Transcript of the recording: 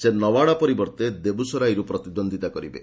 ସେ ନୱାଡ଼ା ପରିବର୍ତ୍ତେ ଦେବୁସରାଇରୁ ପ୍ରତିଦ୍ୱନ୍ଦିତା କରିବେ